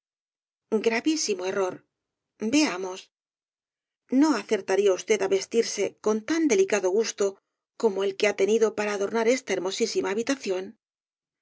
gravísimo error veamos no acertaría usted á vestirse coil tan delicado gusto como el que ha tenido para adornar esta hermosísima habitación